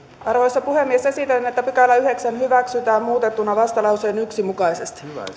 arvoisa puhemies esitän että yhdeksäs pykälä hyväksytään muutettuna vastalauseen yksi mukaisesti